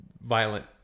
violent